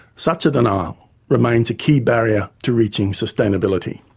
such a denial remains a key barrier to reaching sustainability.